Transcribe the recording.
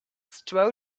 stroll